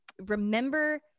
remember